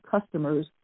customers